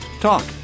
Talk